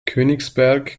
königsberg